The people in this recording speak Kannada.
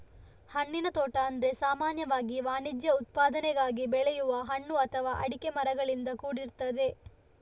ಹಣ್ಣಿನ ತೋಟ ಅಂದ್ರೆ ಸಾಮಾನ್ಯವಾಗಿ ವಾಣಿಜ್ಯ ಉತ್ಪಾದನೆಗಾಗಿ ಬೆಳೆಯುವ ಹಣ್ಣು ಅಥವಾ ಅಡಿಕೆ ಮರಗಳಿಂದ ಕೂಡಿರ್ತದೆ